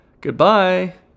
Goodbye